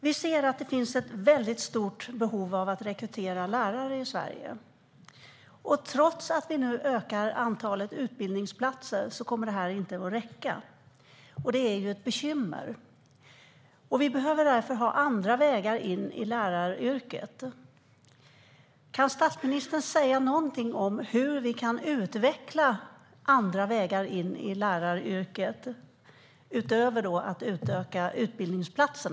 Herr talman! Det finns ett stort behov av att rekrytera lärare i Sverige. Trots att vi nu ökar antalet utbildningsplatser kommer det inte att räcka. Det är ett bekymmer. Vi behöver därför andra vägar in i läraryrket. Kan statsministern säga någonting om hur vi kan utveckla andra vägar in i läraryrket, utöver att utöka antalet utbildningsplatser?